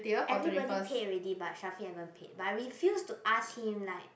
everyone pay already but Shafiq haven't pay but I refuse to ask him like